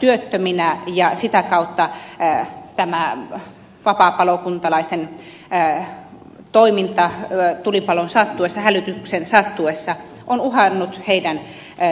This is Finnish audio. työttöminä ja sitä kautta tämä vapaapalokuntalaisen toiminta tulipalon sattuessa hälytyksen sattuessa on uhannut heidän työttömyysturvaansa